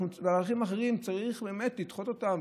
וערכים אחרים צריך לדחות אותם,